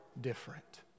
different